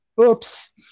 Oops